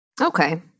Okay